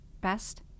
best